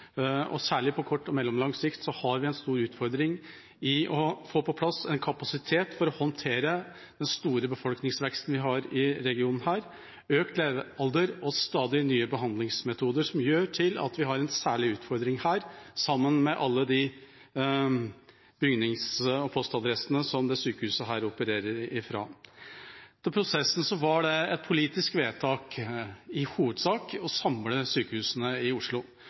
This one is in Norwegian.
og særlig på kort og mellomlang sikt har vi en stor utfordring i å få på plass en kapasitet for å håndtere den store befolkningsveksten vi har i regionen, samt økt levealder og stadig nye behandlingsmetoder som gjør sitt til at vi har en særlig utfordring her, sammen med alle de bygnings- og postadressene som dette sykehuset opererer fra. Til prosessen: Det var et politisk vedtak i hovedsak å samle sykehusene i Oslo.